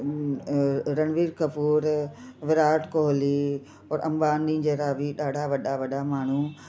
उ अ रणवीर कपूर विराट कोहली और अंबानी जहिड़ा बि ॾाढा वॾा वॾा माण्हू